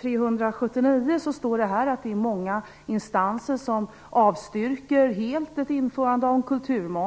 379 står att många instanser helt avstyrker ett införande av kulturmoms.